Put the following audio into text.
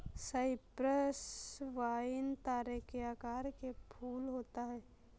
Cyprus vine तारे के आकार के फूल होता है